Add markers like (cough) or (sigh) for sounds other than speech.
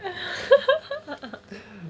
(laughs)